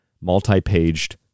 multi-paged